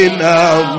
now